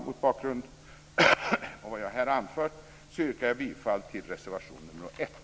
Mot bakgrund av vad jag här har anfört yrkar jag bifall till reservation nr 1.